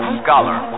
scholar